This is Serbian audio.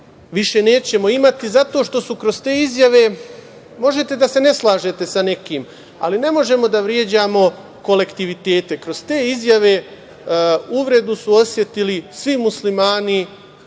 više nećemo imati zato što su kroz te izjave, možete da se ne slažete sa nekim, ali ne možemo da vređamo kolektivitete. Kroz te izjave uvredu su osetili svi Muslimani